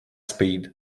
speed